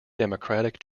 democratic